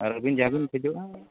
ᱟᱨ ᱟᱵᱤᱱ ᱡᱟᱦᱟᱸ ᱵᱤᱱ ᱠᱷᱚᱡᱚᱜᱼᱟ